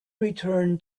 return